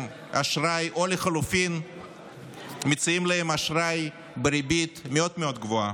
אשראי או לחלופין מציעים להם אשראי בריבית מאוד מאוד גבוהה.